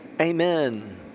Amen